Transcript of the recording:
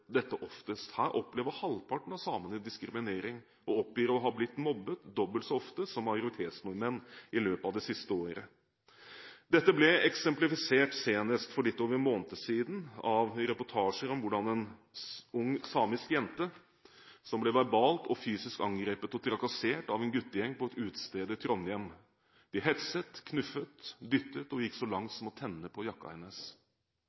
dette oftest. Her opplever halvparten av samene diskriminering og oppgir å ha blitt mobbet dobbelt så ofte som majoritetsnordmenn i løpet av det siste året. Dette ble eksemplifisert senest for litt over en måned siden av reportasjer om hvordan en ung samisk jente ble verbalt og fysisk angrepet og trakassert av en guttegjeng på et utested i Trondheim. De hetset, knuffet, dyttet og gikk så langt